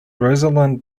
rosalind